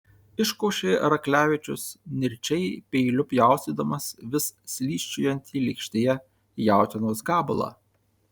iškošė raklevičius nirčiai peiliu pjaustydamas vis slysčiojantį lėkštėje jautienos gabalą